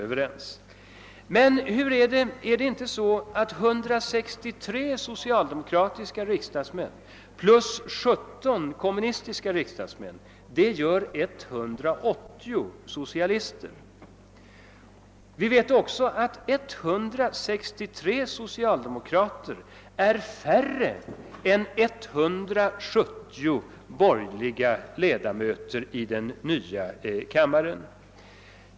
Men det är väl också på det sättet att 163 socialdemokratiska riksdagsmän plus 17 kommunistiska riksdagsmän tillsammans blir 180 socialister? Likaså vet vi att 163 socialdemokrater är färre än 170 borgerliga ledamöter i den nya kammaren.